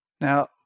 Now